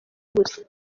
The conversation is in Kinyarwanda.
gusa